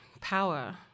power